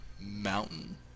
mountain